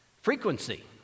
Frequency